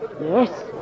Yes